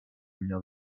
miał